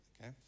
okay